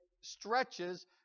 stretches